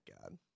God